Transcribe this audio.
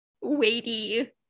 weighty